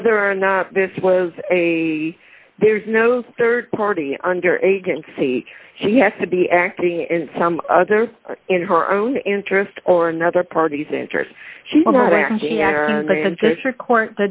whether or not this was a there's no rd party under agency she had to be acting in some other in her own interest or another party's interest she